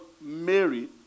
Mary